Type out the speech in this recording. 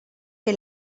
que